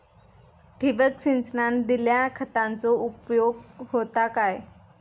ठिबक सिंचनान दिल्या खतांचो उपयोग होता काय?